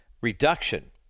reduction